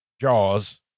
Jaws